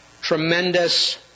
tremendous